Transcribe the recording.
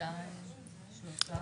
שלושה.